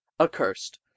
accursed